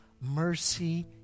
mercy